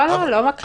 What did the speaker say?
לא מכחישים.